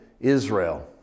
Israel